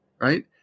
Right